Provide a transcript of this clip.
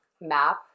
map